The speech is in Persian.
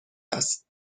است